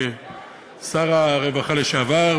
כשר הרווחה לשעבר,